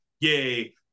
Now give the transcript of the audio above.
yay